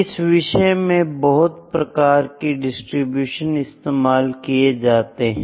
इस विषय में बहुत प्रकार की डिस्ट्रीब्यूशन इस्तेमाल किए जाते हैं